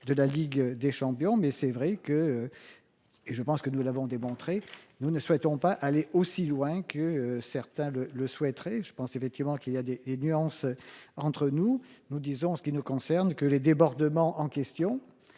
de la Ligue des champions. Mais c'est vrai que. Et je pense que nous l'avons démontré. Nous ne souhaitons pas aller aussi loin que certains le le souhaiterez. Je pense effectivement qu'il y a des nuances entre nous, nous disons ce qui ne concerne que les débordements en question